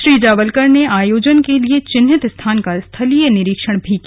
श्री जावलकर ने आयोजन के लिए चिन्हित स्थान का स्थलीय निरीक्षण भी किया